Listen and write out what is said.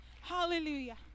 Hallelujah